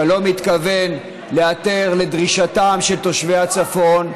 אתה לא מתכוון להיעתר לדרישתם של תושבי הצפון.